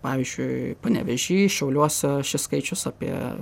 pavyzdžiui panevėžy šiauliuose šis skaičius apie